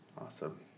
Awesome